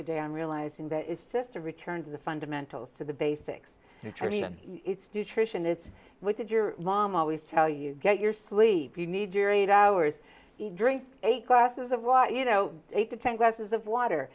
today i'm realizing that it's just a return to the fundamentals to the basics which i mean it's nutrition it's what did your mom always tell you get your sleep you need your eight hours eat drink eight glasses of water you know eight to ten